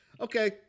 okay